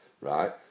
right